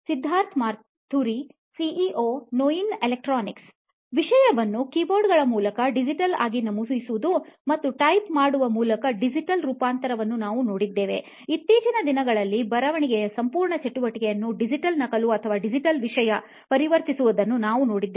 Siddharth Maturi CEO ನೋಯಿನ್ electronics ವಿಷಯವನ್ನು ಕೀಬೋರ್ಡ್ಗಳ ಮೂಲಕ ಡಿಜಿಟಲ್ ಆಗಿ ನಮೂದಿಸುವುದು ಮತ್ತು ಟೈಪ್ ಮಾಡುವ ಮೂಲಕ ಡಿಜಿಟಲ್ ರೂಪಾಂತರವನ್ನು ನಾವು ನೋಡಿದ್ದೇವೆ ಇತ್ತೀಚಿನ ದಿನಗಳಲ್ಲಿ ಬರವಣಿಗೆಯ ಸಂಪೂರ್ಣ ಚಟುವಟಿಕೆಯನ್ನು ಡಿಜಿಟಲ್ ನಕಲು ಅಥವಾ ಡಿಜಿಟಲ್ ವಿಷಯ ಪರಿವರ್ತಿಸುವುದನ್ನು ನಾವು ನೋಡಿದ್ದೇವೆ